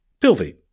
Pilvi